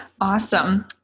Awesome